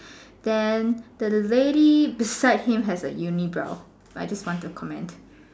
then the lady beside him has a unibrow I just wanted to comment